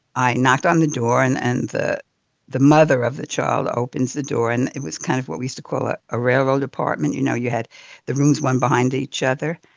i knock on the door and and the the mother of the child opens the door. and it was kind of what we used to call a ah railroad apartment. you know, you had the rooms one behind each other,